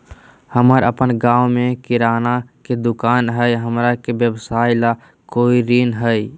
हमर अपन गांव में किराना के दुकान हई, हमरा के व्यवसाय ला कोई ऋण हई?